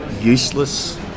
useless